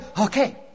okay